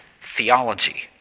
theology